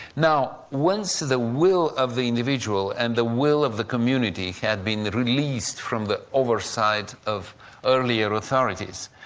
now once the will of the individual and the will of the community had been released from the oversight of earlier authorities,